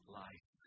life